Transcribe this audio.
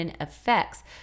effects